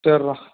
சரிடா